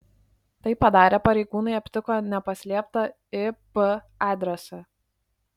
tai padarę pareigūnai aptiko nepaslėptą ip adresą